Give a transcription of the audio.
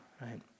right